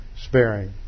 sparing